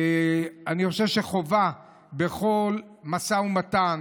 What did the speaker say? אני חושב שחובה בכל משא ומתן,